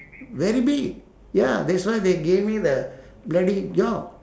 very big ya that's why they gave me the bloody job